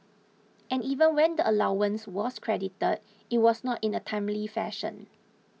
and even when the allowance was credited it was not in a timely fashion